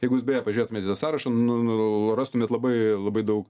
jeigu jūs beje pažiūrėtumėt į tą sąrašą nu nu rastumėt labai labai daug